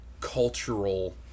cultural